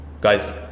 guys